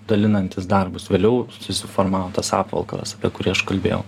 dalinantis darbus vėliau susiformavo tas apvalkalas apie kurį aš kalbėjau